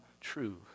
true